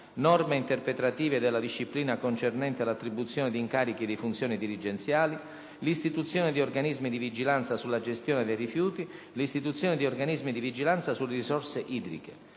norme interpretative della disciplina concernente l’attribuzione di incarichi di funzioni dirigenziali, l’istituzione di organismi di vigilanza sulla gestione dei rifiuti, l’istituzione di organismi di vigilanza sulle risorse idriche.